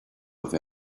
have